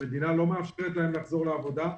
המדינה לא מאפשרת להם לחזור לעבודה,